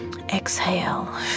Exhale